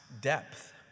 depth